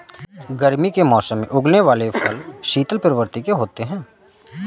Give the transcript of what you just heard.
गर्मी के मौसम में उगने वाले यह फल शीतल प्रवृत्ति के होते हैं